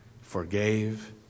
Forgave